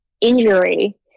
injury